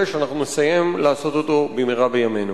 שאנחנו נסיים לעשות אותו במהרה בימינו.